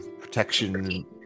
protection